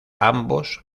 ambos